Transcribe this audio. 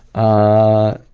ah,